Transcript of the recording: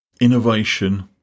innovation